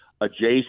adjacent